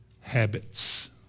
habits